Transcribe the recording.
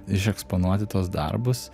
išeksponuoti tuos darbus